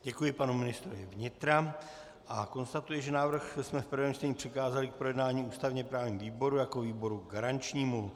Děkuji panu ministrovi vnitra a konstatuji, že návrh jsme v prvém čtení přikázali k projednání ústavněprávnímu výboru jako výboru garančnímu.